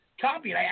copy